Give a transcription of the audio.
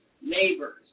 neighbors